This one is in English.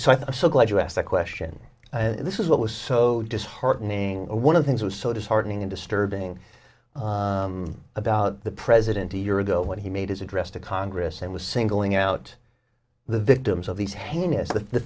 so i'm so glad you asked the question this is what was so disheartening one of things was so disheartening and disturbing about the president a year ago when he made his address to congress and was singling out the victims of these heinous the